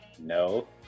no